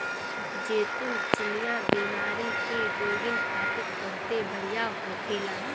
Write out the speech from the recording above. जैतून चिनिया बीमारी के रोगीन खातिर बहुते बढ़िया होखेला